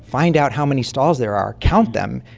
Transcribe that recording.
find out how many stalls there are, count them,